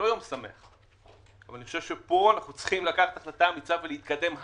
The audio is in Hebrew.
פה אנחנו צריכים החלטה אמיצה ולהתקדם הלאה,